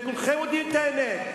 וכולכם יודעים את האמת,